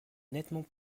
nettement